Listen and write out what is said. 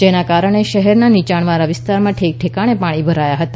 જેના કારણે શહેરમાં નીચાણવાળા વિસ્તારમા ઠેકઠેકાણે પાણી ભરાયા હતા